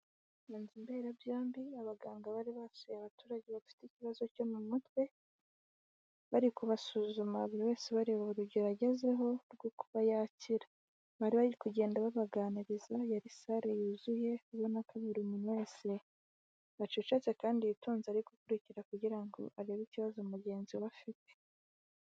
iyo nzu mberabyombi, abaganga bari basuye abaturage bafite ikibazo cyo mu mutwe, bari kubasuzuma buri wese bareba urugero agezeho rwo kuba yakira. Bari bari kugenda babaganiriza, yari sale yuzuye ubona ko buri muntu wese yacecetse kandi yitonze ari gukurikira kugira ngo arebe ikibazo mugenzi we afite.